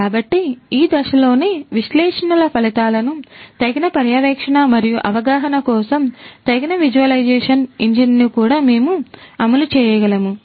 కాబట్టి ఈ దశలలోనే విశ్లేషణల ఫలితాలను తగిన పర్యవేక్షణ మరియు అవగాహన కోసం తగిన విజువలైజేషన్ ఇంజిన్ను కూడా మేము అమలు చేయగలము